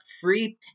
free